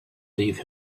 leave